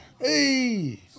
Hey